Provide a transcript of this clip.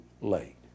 late